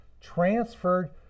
transferred